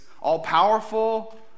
all-powerful